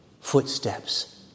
footsteps